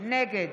נגד